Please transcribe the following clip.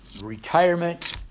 retirement